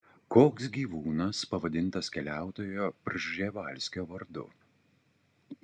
koks gyvūnas pavadintas keliautojo prževalskio vardu